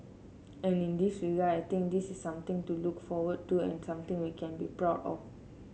and in this regard I think this is something to look forward to and something we can be proud of